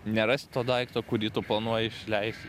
nerast to daikto kurį tu planuoji išleis